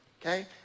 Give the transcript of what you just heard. okay